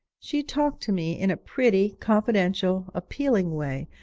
she talked to me in a pretty, confidential, appealing way,